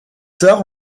tard